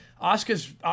Oscar's